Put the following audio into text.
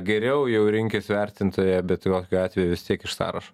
geriau jau rinkis vertintoją bet kokiu atveju vis tiek iš sąrašo